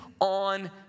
on